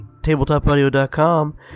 TabletopAudio.com